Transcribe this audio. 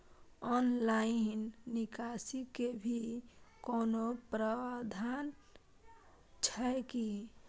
Online निकासी के भी कोनो प्रावधान छै की?